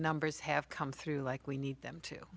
numbers have come through like we need them to